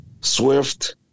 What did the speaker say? swift